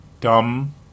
Dumb